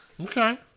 Okay